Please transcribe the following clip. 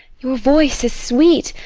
your voice is sweet,